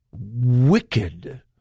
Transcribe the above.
wicked